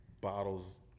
bottles